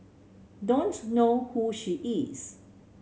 don't know who she is